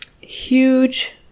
huge